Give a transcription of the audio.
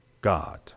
God